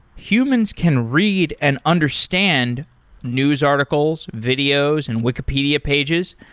humans can read and understand news articles, videos and wikipedia pages.